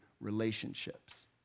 relationships